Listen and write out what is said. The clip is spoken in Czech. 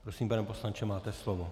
Prosím, pane poslanče, máte slovo.